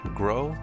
grow